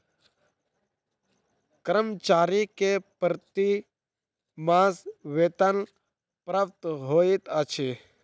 कर्मचारी के प्रति मास वेतन प्राप्त होइत अछि